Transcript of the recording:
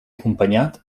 acompanyat